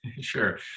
Sure